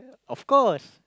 of course